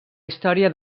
història